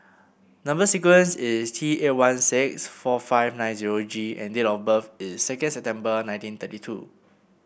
number sequence is T eight one six four five nine zero G and date of birth is second September nineteen thirty two